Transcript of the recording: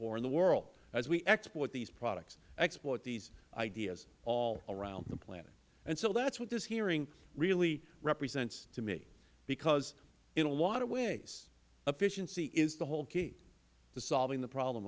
four and the world as we export these products export these ideas all around the planet and so that is what this hearing really represents to me because in a lot of ways efficiency is the whole key to solving the problem